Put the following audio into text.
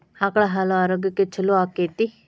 ಆಕಳ ಹಾಲು ಆರೋಗ್ಯಕ್ಕೆ ಛಲೋ ಆಕ್ಕೆತಿ?